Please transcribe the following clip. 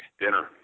Dinner